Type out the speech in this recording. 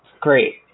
Great